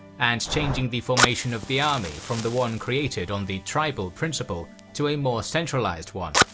and changing the formation of the army from the one created on the tribal principle to a more centralized one.